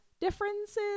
differences